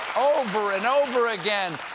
over and over again.